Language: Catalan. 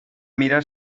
mirar